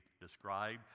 described